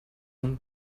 own